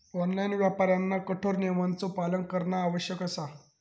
online व्यापाऱ्यांना कठोर नियमांचो पालन करणा आवश्यक असा